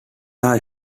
are